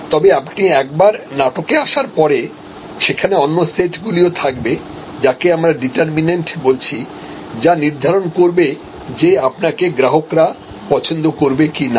তবে আপনি একবার নাটকে আসার পরে সেখানে অন্য সেটগুলি থাকবে যাকে আমরা ডিটারমিনেন্টবলছি যা নির্ধারণ করবে যে আপনাকে গ্রাহকরা পছন্দ করবে কিনা